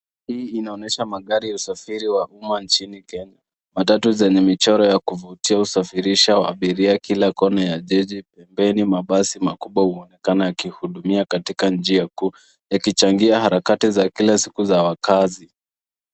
Hii inaonyesha magari ya usafiri wa umma nchini Kenya. Matatu zenye michoro ya kuvutia husafirisha abiria kila kona ya jiji. Pembeni mabasi makubwa huonekana yakuhudumia katika njia kuu yakichangia harakati za kila siku za wakaazi.